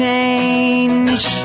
change